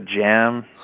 jam